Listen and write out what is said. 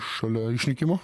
šalia išnykimo